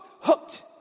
hooked